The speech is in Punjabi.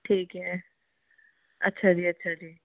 ਠੀਕ ਹੈ ਅੱਛਾ ਜੀ ਅੱਛਾ ਜੀ